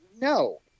no